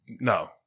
No